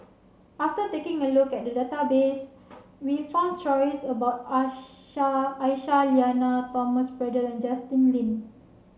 after taking a look at the database we found stories about Aisyah Lyana Thomas Braddell Justin Lean